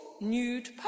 nude